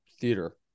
theater